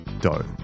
dough